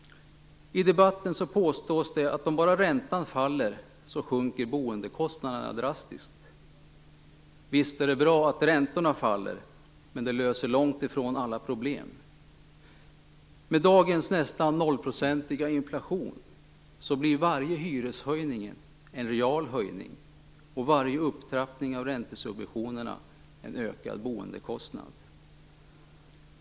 I debatten påstås det att om bara räntan faller sjunker boendekostnaderna drastiskt. Visst är det bra att räntorna faller. Men det löser långt ifrån alla problem. Med dagens nästan nollprocentiga inflation blir varje hyreshöjning en real höjning och varje nedtrappning av räntesubventionerna en ökad boendekostnad.